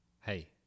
hey